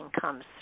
comes